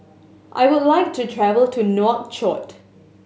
I would like to travel to Nouakchott